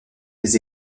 des